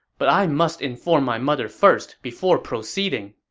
but i must inform my mother first before proceeding.